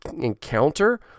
encounter